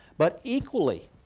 but equally